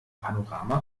panorama